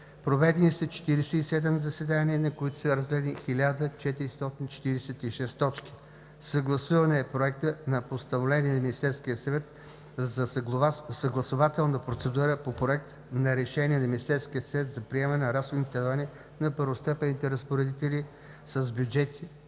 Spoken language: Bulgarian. Проведени са 47 заседания, на които са разгледани 1446 точки. Съгласуван е Проектът на постановление на Министерския съвет за съгласувателна процедура по Проект на решение на Министерския съвет за приемане на разходните тавани на първостепенните разпоредители с бюджети,